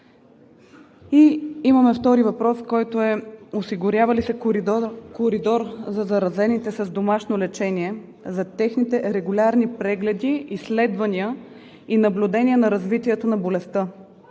Вторият ни въпрос е: осигурява ли се коридор за заразените с домашно лечение, за техните регулярни прегледи, изследвания и наблюдения на развитието на болестта?